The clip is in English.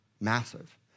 massive